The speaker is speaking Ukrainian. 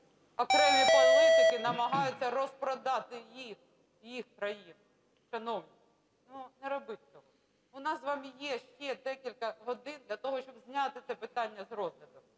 окремі політики намагаються розпродати їх, їх країну. Шановні, ну не робіть цього! У нас з вами є ще декілька годин для того, щоб зняти це питання з розгляду,